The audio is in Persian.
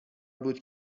بود